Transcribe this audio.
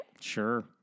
Sure